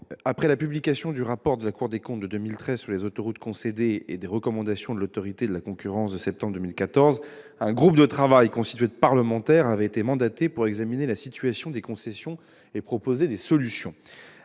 après la publication du rapport de la Cour des comptes de 2013 sur les autoroutes concédées et des recommandations de l'Autorité de la concurrence de septembre 2014, un groupe de travail constitué de parlementaires avait été mandaté pour examiner la situation des concessions et proposer des solutions.